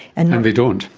and they don't.